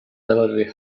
relatively